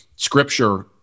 Scripture